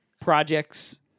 projects